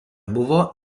buvo